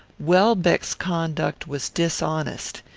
welbeck's conduct was dishonest.